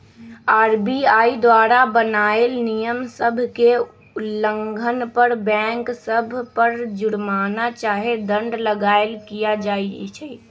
RBI द्वारा बनाएल नियम सभ के उल्लंघन पर बैंक सभ पर जुरमना चाहे दंड लगाएल किया जाइ छइ